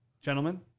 gentlemen